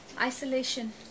Isolation